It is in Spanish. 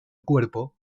cuerpo